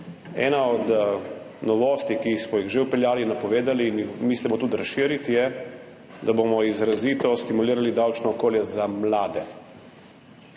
Ena od novosti, ki smo jo že vpeljali, napovedali in jo mislimo tudi razširiti, je, da bomo izrazito stimulirali davčno okolje za mlade,